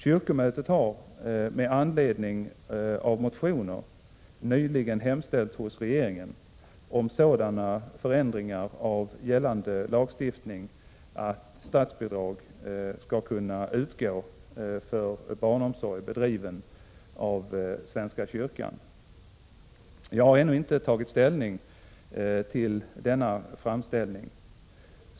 Kyrkomötet har, med anledning av motioner, nyligen hemställt hos regeringen om sådana förändringar av gällande lagstiftning att statsbidrag skall kunna utgå för barnomsorg bedriven av svenska kyrkan. Jag har ännu inte tagit ställning till denna framställning.